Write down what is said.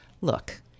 look